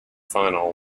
final